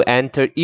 enter